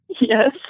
Yes